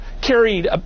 carried